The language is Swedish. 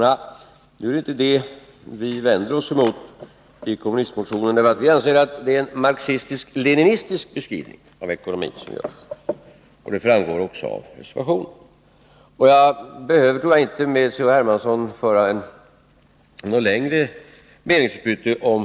Det är inte det vi vänder oss emot när det gäller kommunistmotionen, därför att vi anser att det är en marxistisk-leninistisk beskrivning av ekonomin, och det framgår också av reservationen. Jag tror inte att jag behöver föra något längre meningsutbyte med C.-H.